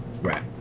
Right